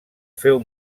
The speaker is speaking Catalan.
féu